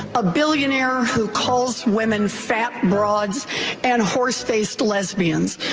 a billionaire who calls women fat broads and horse faced lesbians.